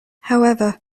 however